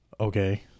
Okay